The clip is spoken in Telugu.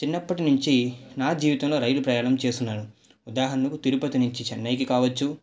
చిన్నప్పటి నుంచి నా జీవితంలో రైలు ప్రయాణం చేసున్నాను ఉదాహరణకు తిరుపతి నుంచి చెన్నైకి కావచ్చు